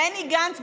בני גנץ,